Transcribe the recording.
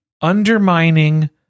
undermining